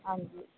ਹਾਂਜੀ